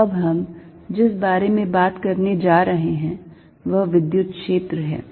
तो अब हम जिस बारे में बात करने जा रहे हैं वह विद्युत क्षेत्र है